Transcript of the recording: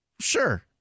sure